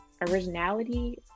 originality